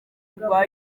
rwa